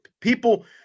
people